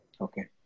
Okay